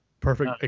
perfect